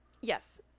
Yes